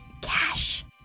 cash